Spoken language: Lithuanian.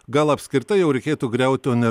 gal apskritai jau reikėtų griaut o ne